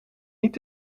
niet